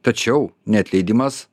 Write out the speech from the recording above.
tačiau neatleidimas